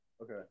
Okay